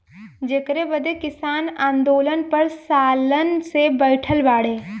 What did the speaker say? जेकरे बदे किसान आन्दोलन पर सालन से बैठल बाड़े